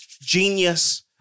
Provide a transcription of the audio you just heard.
Genius